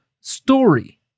story